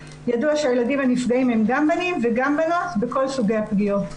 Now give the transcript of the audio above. ידוע שהילדים הנפגעים הם גם בנים וגם בנות בכל סוגי הפגיעות.